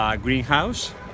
greenhouse